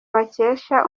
bakesha